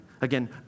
Again